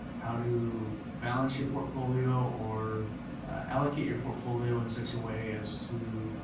how to balance your portfolio or allocate your portfolio in such a way as to